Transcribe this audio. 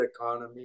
economy